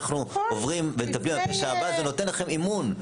זה נותן לכם אמון.